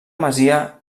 masia